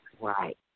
Right